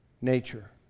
nature